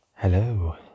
Hello